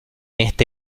este